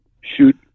shoot